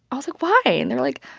i was like, why? and they were like,